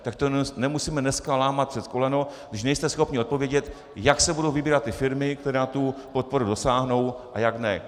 Tak to nemusíme dneska lámat přes koleno, když nejste schopni odpovědět, jak se budou vybírat ty firmy, které na tu podporu dosáhnou, a jak ne.